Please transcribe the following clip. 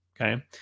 Okay